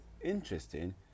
interesting